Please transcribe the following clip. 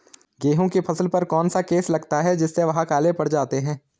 गेहूँ की फसल पर कौन सा केस लगता है जिससे वह काले पड़ जाते हैं?